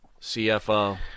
CFO